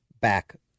back